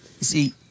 see